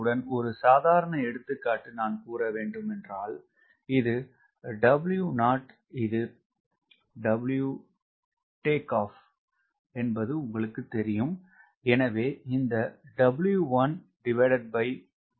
உடன் ஒரு சாதாரண எடுத்துக்காட்டு நான் கூற வேண்டும் என்றால் இது W0 இது WTO என்பது உங்களுக்கு தெரியும்